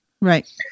Right